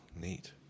neat